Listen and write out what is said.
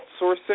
outsourcing